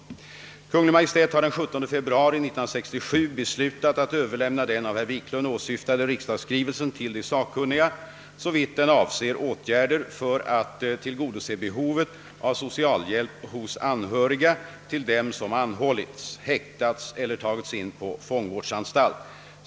Kungl. Maj:t har den 17 februari 1967 beslutat överlämna den av herr Wiklund åsyftade riksdagsskrivelsen till de sakkunniga, såvitt den avser åtgärder för att tillgodose behovet av socialhjälp hos anhöriga till dem som anhållits, häktats eller tagits in i fångvårdsanstalt.